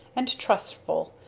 and trustful,